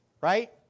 Right